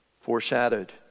foreshadowed